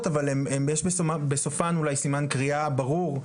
אבל יש בסופן אולי סימן קריאה ברור,